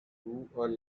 through